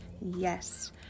Yes